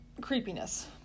creepiness